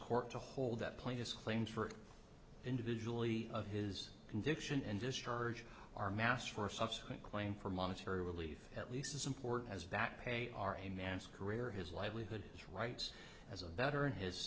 court to hold that plaintiffs claim for individually of his conviction and discharge our mass for a subsequent claim for monetary relief at least as important as that pay our a man's career his livelihood his rights as a veteran his